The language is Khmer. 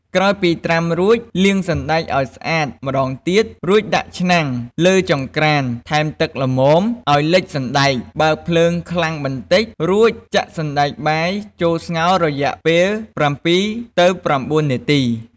ក្រោយពីត្រាំរួច លាងសណ្ដែកឱ្យស្អាតម្តងទៀត រួចដាក់ឆ្នាំងលើចង្ក្រាន ថែមទឹកល្មមឱ្យលិចសណ្ដែក បើកភ្លើងខ្លាំងបន្តិច រួចចាក់សណ្ដែកបាយចូលស្ងោររយៈពេល ៧ ទៅ ៩ នាទី។